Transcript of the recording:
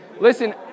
Listen